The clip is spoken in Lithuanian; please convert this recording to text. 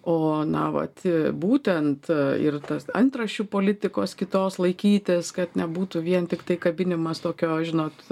o na vat būtent ir tas antraščių politikos kitos laikytis kad nebūtų vien tiktai kabinimas tokios žinot